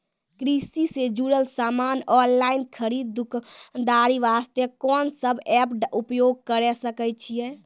कृषि से जुड़ल समान ऑनलाइन खरीद दुकानदारी वास्ते कोंन सब एप्प उपयोग करें सकय छियै?